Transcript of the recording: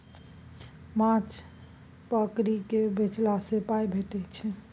माछ पकरि केँ बेचला सँ पाइ भेटै छै